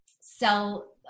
sell